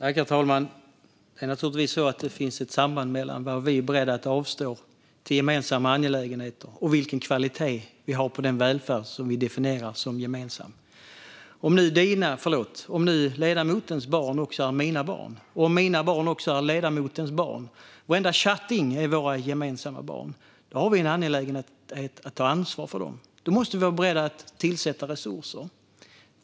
Herr talman! Det finns givetvis ett samband mellan vad vi är beredda att avstå till gemensamma angelägenheter och vilken kvalitet vi har på den välfärd vi definierar som gemensam. Om nu ledamotens barn också är mina barn och mina barn också ledamotens barn och varenda tjatting våra gemensamma barn är de vårt ansvar, och då måste vi vara beredda att sätta till resurser.